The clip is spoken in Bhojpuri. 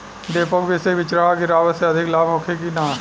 डेपोक विधि से बिचड़ा गिरावे से अधिक लाभ होखे की न?